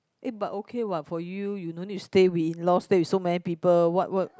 eh but okay what for you you no need to stay with in laws stay with so many people what what